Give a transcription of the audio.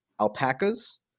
alpacas